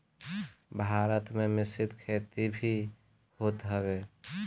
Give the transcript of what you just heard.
भारत में मिश्रित खेती भी होत हवे